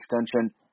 extension